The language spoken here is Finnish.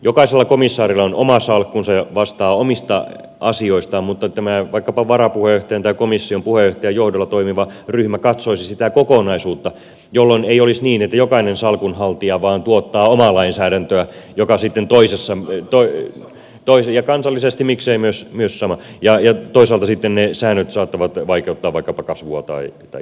jokaisella komissaarilla on oma salkkunsa ja hän vastaa omista asioistaan mutta tämä vaikkapa komission varapuheenjohtajan tai puheenjohtajan johdolla toimiva ryhmä katsoisi sitä kokonaisuutta jolloin ei olisi niin että jokainen salkunhaltija vain tuottaa omaa lainsäädäntöä joka sitten toisaalta ja kansallisesti miksei myös mies sama ja ja toisaalta sitten niin samaa saattaa vaikeuttaa vaikkapa kasvua tai kilpailukykyä